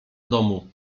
domu